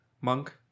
monk